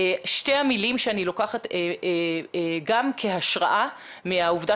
שתי המילים שאני לוקחת גם כהשראה מהעובדה